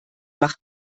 macht